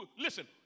Listen